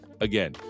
Again